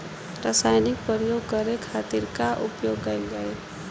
रसायनिक प्रयोग करे खातिर का उपयोग कईल जाइ?